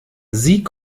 sie